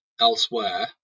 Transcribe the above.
elsewhere